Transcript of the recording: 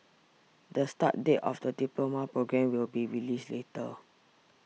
the start date of the diploma programme will be released later